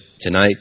tonight